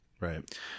Right